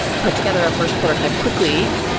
put together our first prototype quickly,